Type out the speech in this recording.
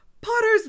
Potter's